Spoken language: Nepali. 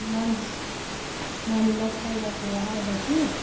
लन्च नानीलाई खुवाइराखेर आएर चाहिँ